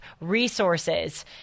resources